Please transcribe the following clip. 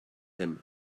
him